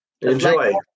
Enjoy